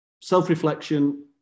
self-reflection